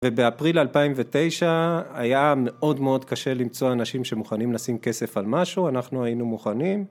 ובאפריל 2009 היה מאוד מאוד קשה למצוא אנשים שמוכנים לשים כסף על משהו, אנחנו היינו מוכנים.